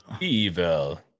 Evil